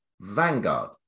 vanguard